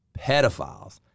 pedophiles